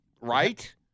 right